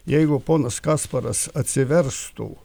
jeigu ponas kasparas atsiverstų